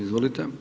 Izvolite.